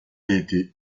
été